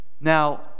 Now